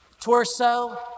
torso